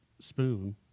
spoon